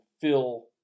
fill